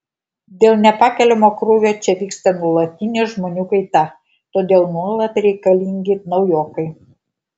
dėl nepakeliamo krūvio čia vyksta nuolatinė žmonių kaita todėl nuolat reikalingi naujokai